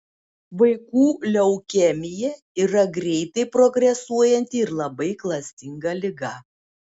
vaikų leukemija yra greitai progresuojanti ir labai klastinga liga